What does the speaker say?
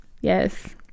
Yes